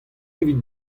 evit